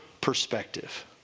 perspective